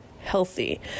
healthy